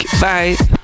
Bye